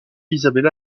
isabella